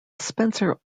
spencer